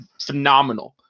phenomenal